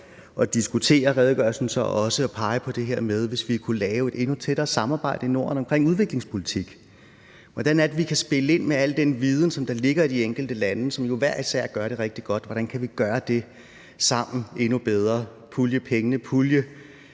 at diskutere redegørelsen også skal pege på det her med at lave et endnu tættere samarbejde i Norden omkring udviklingspolitik. Hvordan er det, vi kan spille ind med al den viden, som der ligger i de enkelte lande, som jo hver især gør det rigtig godt? Hvordan kan vi gøre det sammen endnu bedre ved at pulje pengene, pulje